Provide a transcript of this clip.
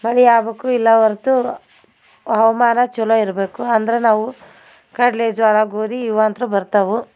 ಮಳೆ ಆಗ್ಬೇಕು ಇಲ್ಲ ಹೊರ್ತು ಹವಾಮಾನ ಚಲೋ ಇರಬೇಕು ಅಂದ್ರೆ ನಾವು ಕಡಲೆ ಜೋಳ ಗೋಧಿ ಇವು ಅಂತೂ ಬರ್ತವೆ